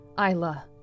Isla